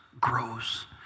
grows